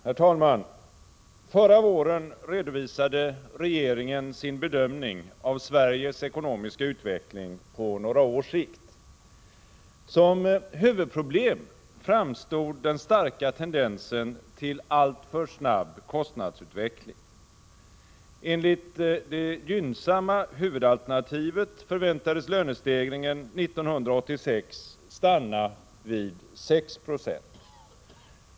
Herr talman! Förra våren redovisade regeringen sin bedömning av Sveriges ekonomiska utveckling på några års sikt. Som huvudproblem framstod den starka tendensen till alltför snabb kostnadsutveckling. Enligt det gynnsamma huvudalternativet förväntades lönestegringen 1986 stanna vid 6 Jo.